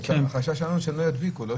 החשש שלנו שהם לא ידביקו.